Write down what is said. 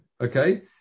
Okay